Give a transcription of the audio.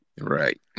Right